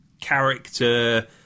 character